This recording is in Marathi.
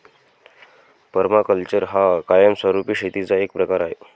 पर्माकल्चर हा कायमस्वरूपी शेतीचा एक प्रकार आहे